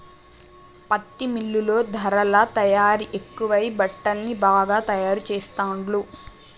పత్తి మిల్లుల్లో ధారలా తయారీ ఎక్కువై బట్టల్ని బాగా తాయారు చెస్తాండ్లు